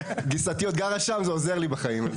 גיסתי עוד גרה שם, זה עוזר לי בחיים.